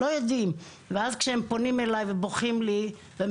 לא יודעים כלום ואז כשהם פונים אליי והם בוכים לי והם